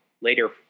later